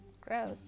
gross